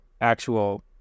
actual